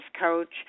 coach